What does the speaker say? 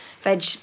veg